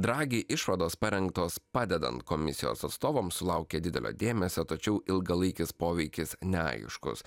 dragi išvados parengtos padedant komisijos atstovams sulaukė didelio dėmesio tačiau ilgalaikis poveikis neaiškus